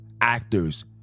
Actors